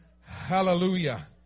Hallelujah